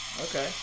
okay